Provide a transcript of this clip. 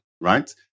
right